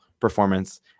performance